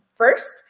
first